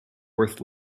worth